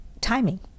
timing